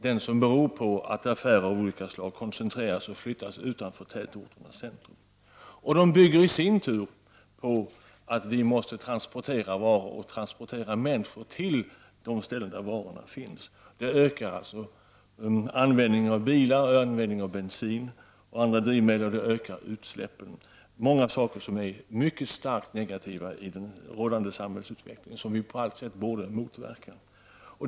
Det beror på att affärer av olika slag koncentreras och flyttas utanför tätorternas centra. Detta bygger i sin tur på att vi måste transportera varor och människor till de ställen där varorna finns, vilket ökar användningen av bilar, bensin och andra drivmedel, och det bidrar till att utsläppen ökar. Det är alltså många faktorer som är starkt negativa i den rådande samhällsutvecklingen som vi på alla sätt borde motverka.